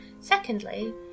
Secondly